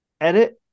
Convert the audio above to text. edit